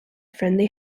friendly